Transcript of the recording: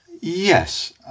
Yes